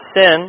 sin